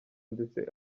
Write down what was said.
ndetse